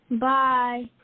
Bye